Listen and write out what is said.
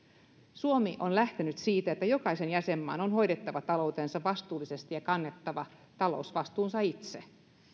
suomi on lähtenyt siitä että jokaisen jäsenmaan on hoidettava taloutensa vastuullisesti ja kannettava talousvastuunsa itse